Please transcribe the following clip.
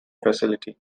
facility